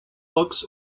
books